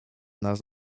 nas